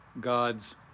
God's